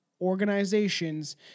organizations